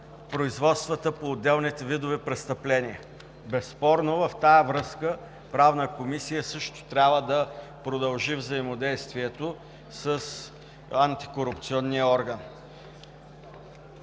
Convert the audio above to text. производствата по отделните видове престъпления. Безспорно, в тази връзка Правната комисия също трябва да продължи взаимодействието си с антикорупционния орган.